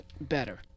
better